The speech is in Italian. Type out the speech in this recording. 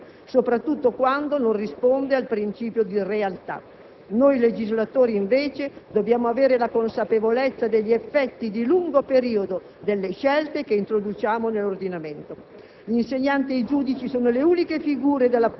ma spesso la cronaca è cattiva consigliera, soprattutto quando non risponde al principio di realtà. Noi legislatori, invece, dobbiamo avere la consapevolezza degli effetti di lungo periodo delle scelte che introduciamo nell'ordinamento.